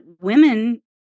women